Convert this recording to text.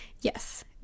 yes